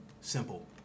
Simple